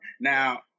Now